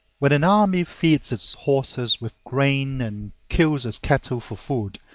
when an army feeds its horses with grain and kills its cattle for food,